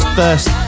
first